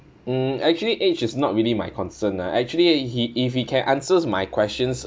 mm actually age is not really my concern ah actually he if he can answers my questions